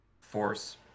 force